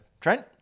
Trent